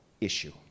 issue